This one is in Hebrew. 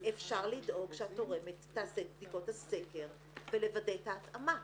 אפשר לדאוג שהתורמת תעשה את בדיקות הסקר ולוודא את ההתאמה.